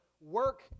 work